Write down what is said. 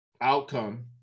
outcome